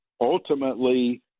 ultimately